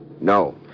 No